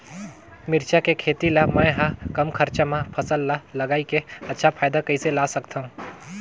मिरचा के खेती ला मै ह कम खरचा मा फसल ला लगई के अच्छा फायदा कइसे ला सकथव?